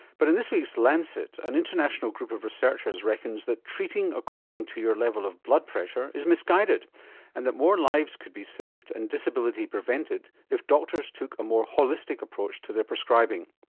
but in this week's lancet, an international group of researchers reckons that treating according to your level of blood pressure is misguided and that more lives could be saved and disability prevented if doctors took a more holistic approach to their prescribing.